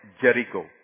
Jericho